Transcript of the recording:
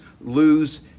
lose